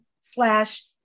slash